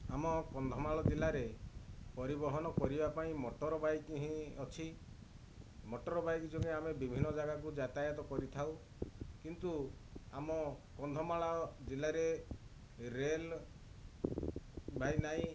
ଆମ କନ୍ଧମାଳ ଜିଲ୍ଲାରେ ପରିବହନ କରିବା ପାଇଁ ମଟର ବାଇକ ହିଁ ଅଛି ମଟର ବାଇକ ଯୋଗେ ଆମେ ବିଭିନ୍ନ ଜାଗାକୁ ଯାତାୟାତ କରିଥାଉ କିନ୍ତୁ ଆମ କନ୍ଧମାଳ ଜିଲ୍ଲାରେ ରେଲବାଇ ନାହିଁ